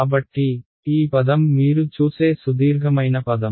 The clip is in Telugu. కాబట్టి ఈ పదం మీరు చూసే సుదీర్ఘమైన పదం